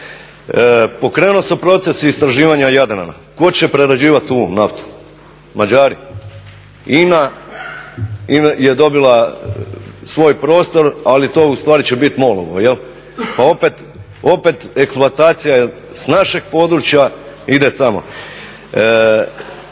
Pokrenuo se proces istraživanja Jadrana, tko će prerađivat … naftu, Mađari? INA je dobila svoj prostor, ali to ustvari će bit MOL-ovo pa opet eksploatacija s našeg područja ide tamo.